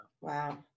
Wow